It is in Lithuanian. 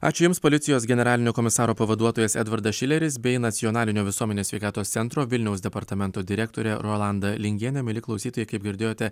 ačiū jums policijos generalinio komisaro pavaduotojas edvardas šileris bei nacionalinio visuomenės sveikatos centro vilniaus departamento direktorė rolanda lingienė mieli klausytojai kaip girdėjote